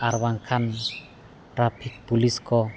ᱟᱨ ᱵᱟᱝᱠᱷᱟᱱ ᱯᱩᱞᱤᱥ ᱠᱚ